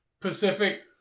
Pacific